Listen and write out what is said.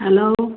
hello